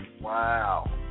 wow